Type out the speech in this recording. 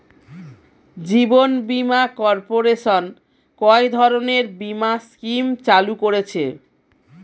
জীবন বীমা কর্পোরেশন কয় ধরনের বীমা স্কিম চালু করেছে?